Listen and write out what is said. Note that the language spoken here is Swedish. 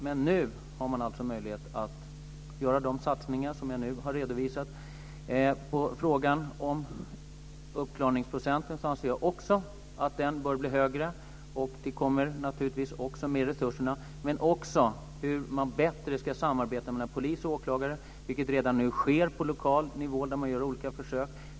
Men nu har man möjlighet att göra de satsningar som jag har redovisat. I fråga om uppklaringsprocenten anser jag också att den bör bli högre. Det kommer naturligtvis med resurserna, men även med ett bättre samarbete mellan polis och åklagare. Det sker redan nu på lokal nivå, där man gör olika försök.